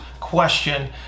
question